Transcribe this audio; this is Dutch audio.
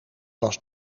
was